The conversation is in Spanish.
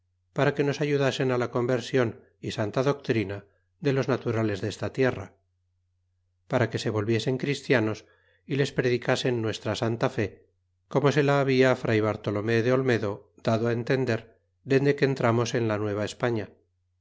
para que nos ayudasen á la conversion y santa doctrina de los naturales desta tierra para que se volviesen christianos y les predicasen nuestra santa fe como se la habia fray bartolome de olmedo dado á entender dende que entramos en la